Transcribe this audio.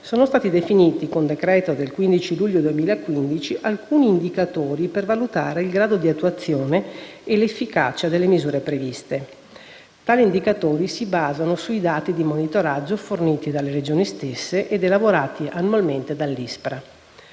sono stati definiti con decreto del 15 luglio 2015 alcuni indicatori per valutare il grado di attuazione e l'efficacia delle misure previste. Tali indicatori si basano sui dati di monitoraggio forniti dalle Regioni ed elaborati annualmente dall'ISPRA.